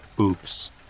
Oops